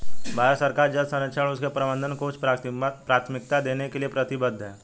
भारत सरकार जल संरक्षण और उसके प्रबंधन को उच्च प्राथमिकता देने के लिए प्रतिबद्ध है